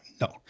No